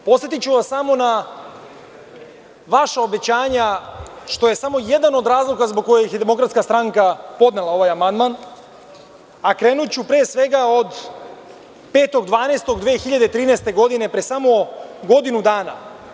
Podsetiću vas samo na vaša obećanja što je samo jedan od razloga zbog kojeg je DS podnela ovaj amandman, a krenuću pre svega od 5.12.2013. godine, pre samo godinu dana.